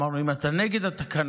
אמרנו: אם אתה נגד התקנה,